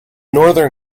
northern